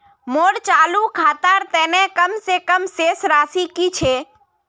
मोर चालू खातार तने कम से कम शेष राशि कि छे?